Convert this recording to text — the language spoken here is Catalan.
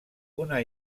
una